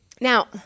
Now